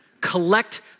collect